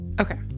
Okay